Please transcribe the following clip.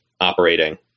operating